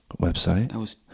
website